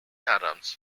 adams